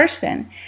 person